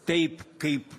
taip kaip